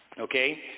Okay